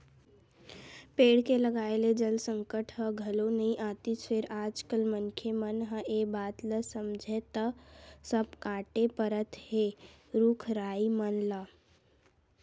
पेड़ के लगाए ले जल संकट ह घलो नइ आतिस फेर आज कल मनखे मन ह ए बात ल समझय त सब कांटे परत हे रुख राई मन ल